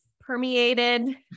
permeated